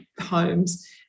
homes